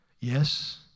Yes